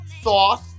sauce